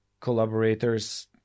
collaborators